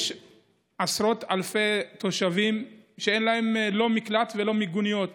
יש עשרות אלפי תושבים שאין להם לא מקלט ולא מיגוניות